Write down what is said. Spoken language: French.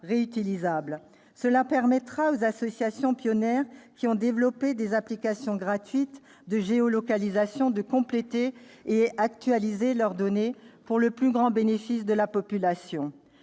Cela permettra aux associations pionnières qui ont développé des applications gratuites de géolocalisation de compléter et d'actualiser leurs données, pour le plus grand bénéfice de la population.